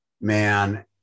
man